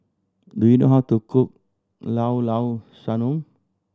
do you know how to cook Llao Llao Sanum